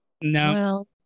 no